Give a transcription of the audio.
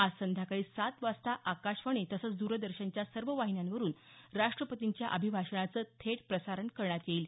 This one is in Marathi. आज संध्याकाळी सात वाजता आकाशवाणी तसंच द्रदर्शनाच्या सर्व वाहिन्यांवरून राष्ट्रपतींच्या अभिभाषणाचं थेट प्रसारण करण्यात येईल